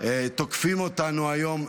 תוקפים אותנו היום,